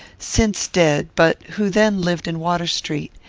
since dead, but who then lived in water street.